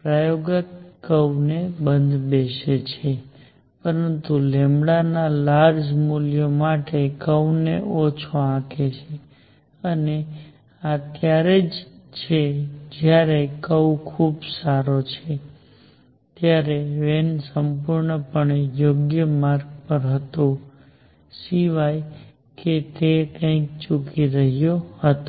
પ્રયોગાત્મક curve ને બંધબેસે છે પરંતુ ના લાર્જ મૂલ્યો માટેના કર્વ ને ઓછો આંકે છે અને આ ત્યારે છે જ્યારે કર્વ ખૂબ સારો છે ત્યારે વેન સંપૂર્ણપણે યોગ્ય માર્ગ પર હતો સિવાય કે તે કંઈક ચૂકી રહ્યો હતો